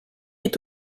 est